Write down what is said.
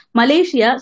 Malaysia